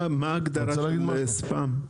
מה ההגדרה של ספאם?